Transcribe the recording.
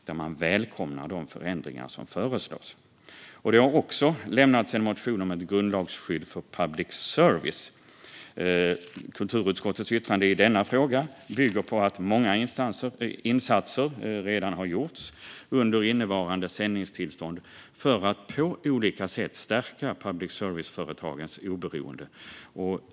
Där välkomnar man de förändringar som föreslås. Det har också lämnats en motion om ett grundlagsskydd för public service. Kulturutskottets yttrande i denna fråga bygger på att många insatser redan har gjorts under innevarande sändningstillstånd för att på olika sätt stärka public service-företagens oberoende.